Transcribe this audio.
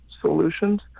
solutions